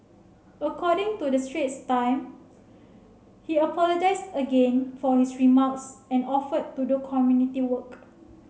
according to the Straits Time he apologised again for his remarks and offered to do community work